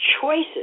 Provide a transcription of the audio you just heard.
choices